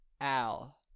Al